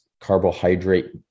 carbohydrate